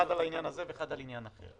אחד בעניין הזה והשני בעניין אחר.